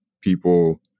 people